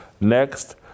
next